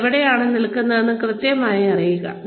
നിങ്ങൾ എവിടെയാണ് നിൽക്കുന്നതെന്ന് കൃത്യമായി അറിയുക